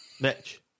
Mitch